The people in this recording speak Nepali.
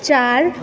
चार